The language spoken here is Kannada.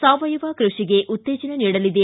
ಸಾವಯವ ಕ್ರಷಿಗೆ ಉತ್ತೇಜನ ನೀಡಲಿದೆ